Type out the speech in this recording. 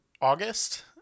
august